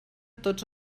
tots